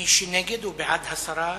מי שנגד הוא בעד הסרה.